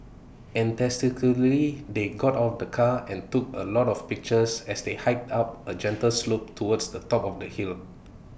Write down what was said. they got out of the car and took A lot of pictures as they hiked up A gentle slope towards the top of the hill